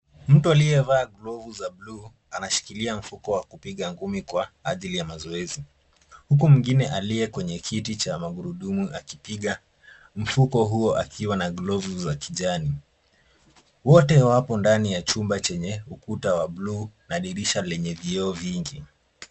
Mtu aliyevaa glovu za blue anashikilia mfuko kwa ajili ya mazoezi huku mwingine aliye kwenye kiti cha magurudumu akipiga mfuko huo akiwa na glovu za kijani. Wote wapo ndani ya chumba chenye ukuta wa blue na dirisha lenye vioo vingi.